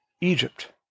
Egypt